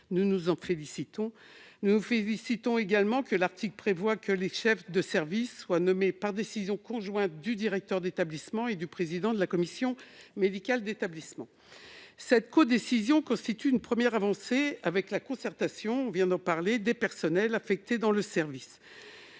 Nous nous en félicitons, tout comme nous nous félicitons que l'article prévoie que les chefs de service seront nommés par décision conjointe du directeur d'établissement et du président de la commission médicale d'établissement. Cette codécision constitue une première avancée, avec la concertation prévue avec les personnels affectés dans le service.